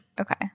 Okay